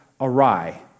awry